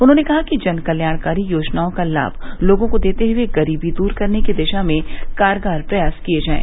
उन्होंने कहा कि जन कत्याणकारी योजनाओं का लाम लोगों को देते हुए गरीबी दूर करने की दिशा में कारगर प्रयास किये जाये